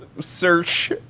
search